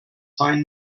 find